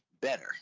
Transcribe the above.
better